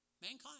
Mankind